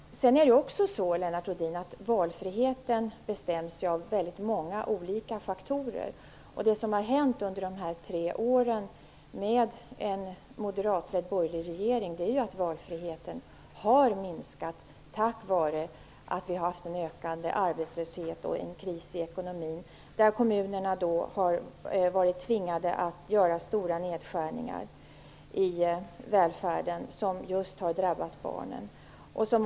Valfriheten bestäms dessutom, Lennart Rohdin, av många olika faktorer. Det som hänt under dessa tre år med en moderatledd borgerlig regering är att valfriheten har minskat på grund av att vi haft en ökande arbetslöshet och en kris i ekonomin, där kommunerna varit tvingade att göra stora nedskärningar i välfärden, vilket just har drabbat barnen.